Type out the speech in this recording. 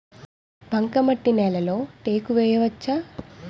బంకమట్టి నేలలో టేకు వేయవచ్చా?